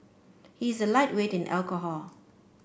he is a lightweight in alcohol